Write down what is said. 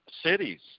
cities